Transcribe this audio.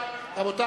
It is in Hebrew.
בעד?